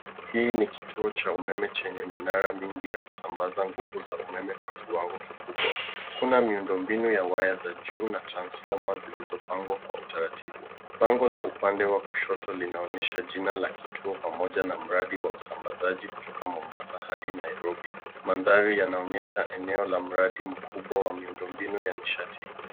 Hii ni kituo cha umeme chenye minara mingi ya kusambaza nguvu za umeme kwa kiwango kikubwa. Kuna miundo mbinu ya waya za juu na transfoma zilizopangwa kwa utaratibu. Bango la upande wa kushoto linaonyesha jina la kituo pamoja na mradi wa usambazaji kutoka mombasa hadi Nairobi. Mandhari yanaonyesha eneo la mradi mkubwa wa miundombinu ya nishati.